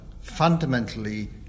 fundamentally